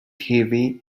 heavy